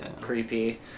creepy